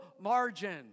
margin